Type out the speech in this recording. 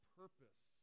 purpose